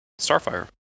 Starfire